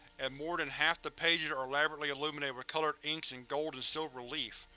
and more than half the pages are elaborately illuminated with colored inks and gold and silver leaf.